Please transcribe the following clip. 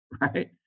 right